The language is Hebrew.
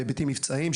בהיבטים מבצעיים,